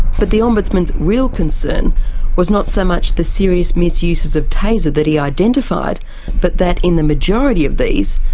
but the ombudsman's real concern was not so much the serious misuses of taser that he identified but that, in the majority of these,